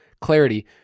clarity